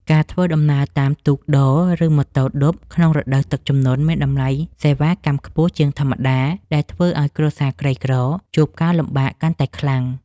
ការធ្វើដំណើរតាមទូកដរ ឬម៉ូតូឌុបក្នុងរដូវទឹកជំនន់ មានតម្លៃសេវាកម្មខ្ពស់ជាងធម្មតា ដែលធ្វើឱ្យគ្រួសារក្រីក្រជួបការលំបាកកាន់តែខ្លាំង។